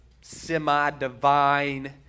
semi-divine